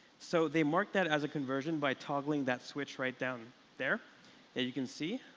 so they mark that as a conversion by toggling that switch right down there that you can see.